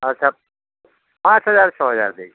अच्छा पाँच हजार छओ हजार दै